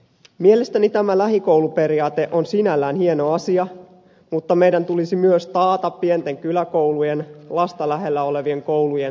mielestäni tämä lähikouluperiaate on sinällään hieno asia mutta meidän tulisi myös taata pienten kyläkoulujen lasta lähellä olevien koulujen säilyminen